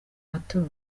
matora